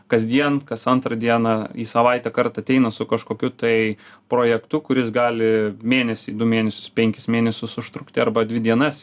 kasdien kas antrą dieną į savaitę kartą ateina su kažkokiu tai projektu kuris gali mėnesį du mėnesius penkis mėnesius užtrukti arba dvi dienas